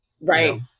right